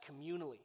communally